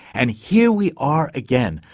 and here we are again,